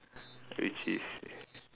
which is